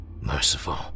Merciful